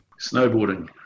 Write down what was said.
Snowboarding